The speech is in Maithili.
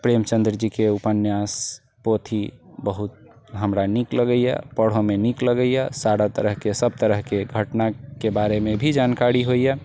प्रेमचंद्र जीके उपन्यास पोथी बहुत हमरा नीक लगैए पढ़ैमे नीक लगैए सारा तरहके सब तरहके घटनाके बारेमे भी जानकारी होइए